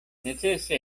necese